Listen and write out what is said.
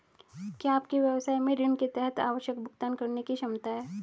क्या आपके व्यवसाय में ऋण के तहत आवश्यक भुगतान करने की क्षमता है?